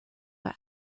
were